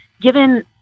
given